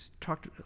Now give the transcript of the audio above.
Talked